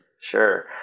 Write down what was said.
Sure